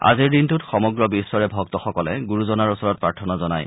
আজিৰ দিনটোত সমগ্ৰ বিশ্বৰে ভক্তসকলে গুৰুজনাৰ ওচৰত প্ৰাৰ্থনা জনায়